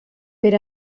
per